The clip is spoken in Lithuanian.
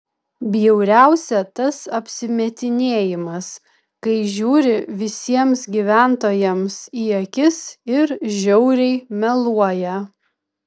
bjauriausia tas apsimetinėjimas kai žiūri visiems gyventojams į akis ir žiauriai meluoja